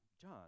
John